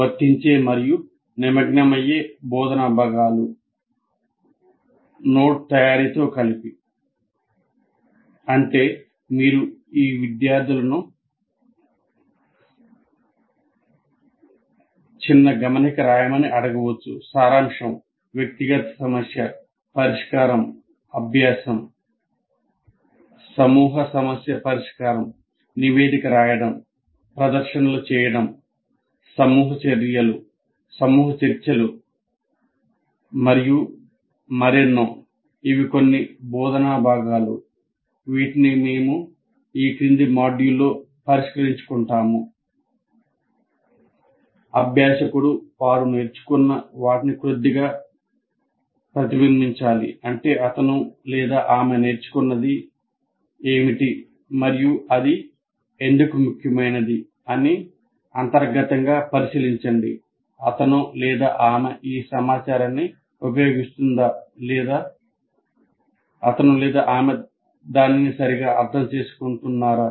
వర్తించే మరియు నిమగ్నమయ్యే బోధనా భాగాలు Note తయారీ తో కలిపి అభ్యాసకుడు వారు నేర్చుకున్న వాటిని కొద్దిగా ప్రతిబింబించాలి అంటే అతను ఆమె నేర్చుకున్నది ఏమిటి మరియు అది ఎందుకు ముఖ్యమైనది అని అంతర్గతంగా పరిశీలించండి అతను ఆమె ఈ సమాచారాన్ని ఉపయోగిస్తుందా లేదా అతను ఆమె దానిని సరిగ్గా అర్థం చేసుకున్నారా